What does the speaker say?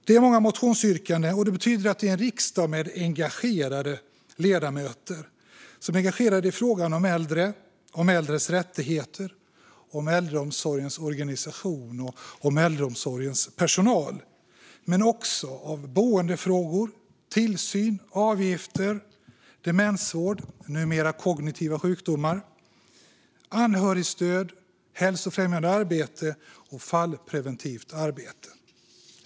Det är många motionsyrkanden, och det betyder att det är en riksdag med engagerade ledamöter när det gäller äldre, äldres rättigheter, äldreomsorgens organisation och äldreomsorgens personal. Det gäller också boendefrågor, tillsyn, avgifter, demensvård - numera kognitiva sjukdomar - anhörigstöd, hälsofrämjande arbete och fallprevention.